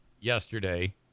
yesterday